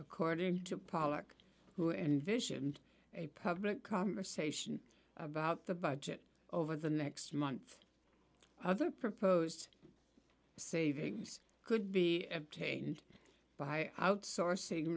according to pollack who envisioned a public conversation about the budget over the next month other proposed savings could be obtained by outsourcing